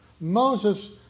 Moses